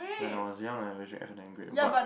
when I was young I always drink F and N grape but